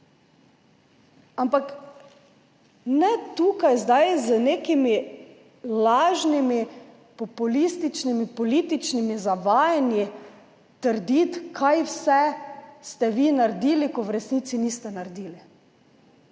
Ampak ne tukaj zdaj z nekimi lažnimi populističnimi političnimi zavajanji trditi, kaj vse ste vi naredili, ker v resnici niste naredili,